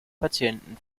patienten